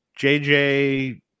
JJ